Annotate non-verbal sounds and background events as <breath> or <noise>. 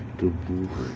the bull~ <breath>